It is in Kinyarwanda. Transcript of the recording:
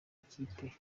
ikipe